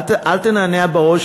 אל תנענע בראש,